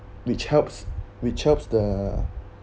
which helps which helps the